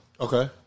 Okay